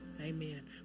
amen